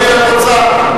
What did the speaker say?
את רוצה את 74ג'?